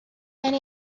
and